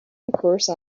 because